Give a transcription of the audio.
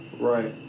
Right